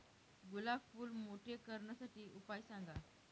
गुलाब फूल मोठे करण्यासाठी उपाय सांगा?